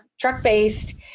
truck-based